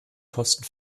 kosten